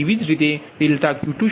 તેવી જ રીતે ∆Q20 1